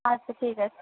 আচ্ছা ঠিক আছে